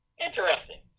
interesting